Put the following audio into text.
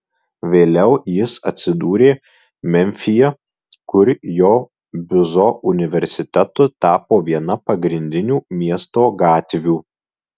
vėliau jis atsidūrė memfyje kur jo bliuzo universitetu tapo viena pagrindinių miesto gatvių